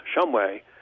Shumway